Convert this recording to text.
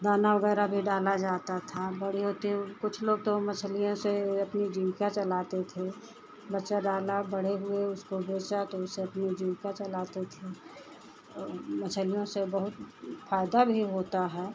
दाना वग़ैरह भी डाला जाता था बड़ी होती कुछ लोग तो मछलियों से अपनी जीविका चलाते थे बच्चा डाला बड़े हुए उसको बेचा तो उससे अपनी जीविका चलाते थे और मछलियों से बहुत फ़ायदा भी होता है